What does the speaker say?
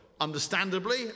understandably